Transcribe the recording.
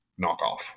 knockoff